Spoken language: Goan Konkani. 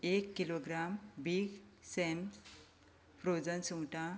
एक किलोग्राम बीफ सॅन फ्रोजन सुंगटां